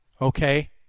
okay